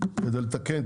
כדי לתקן,